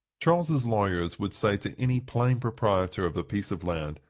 charles's lawyers would say to any plain proprietor of a piece of land,